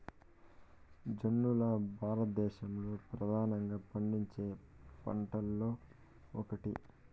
జొన్నలు భారతదేశంలో ప్రధానంగా పండించే పంటలలో ఒకటి